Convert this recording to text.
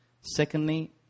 secondly